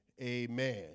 amen